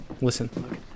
Listen